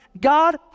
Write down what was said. God